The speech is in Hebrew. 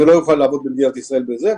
הוא לא יוכל לעבוד במדינת ישראל בזה.